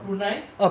brunei